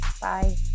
Bye